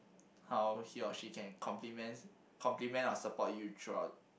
how he or she can complement complement or support you throughout